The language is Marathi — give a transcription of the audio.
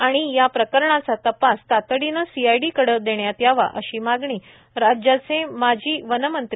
त्याम्ळे या प्रकरणाचा तपास तातडीने सीआयडीकडे देण्यात यावा अशी मागणी राज्याचे माजी अर्थ वनमंत्री आ